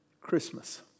Christmas